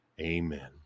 amen